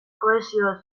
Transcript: kohesioz